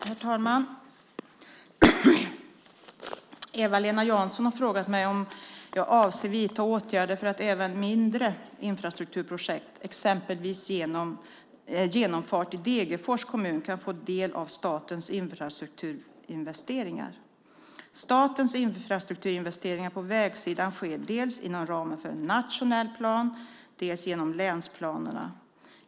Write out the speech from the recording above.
Herr talman! Eva-Lena Jansson har frågat mig om jag avser att vidta åtgärder för att även mindre infrastrukturprojekt, exempelvis genomfart i Degerfors kommun, kan få del av statens infrastrukturinvesteringar. Statens infrastrukturinvesteringar på vägsidan sker dels inom ramen för en nationell plan, dels genom länsplanerna.